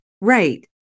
right